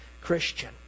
Christian